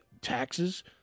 taxes